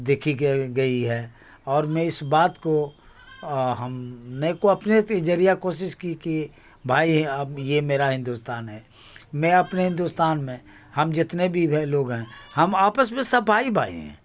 دیکھی گئی ہے اور میں اس بات کو ہم نے کو اپنے سے ہی ذریعہ کوشش کی کہ بھائی اب یہ میرا ہندوستان ہے میں اپنے ہندوستان میں ہم جتنے بھی وہ لوگ ہیں ہم آپس میں سب بھائی بھائی ہیں